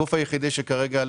גוף היחיד שכרגע,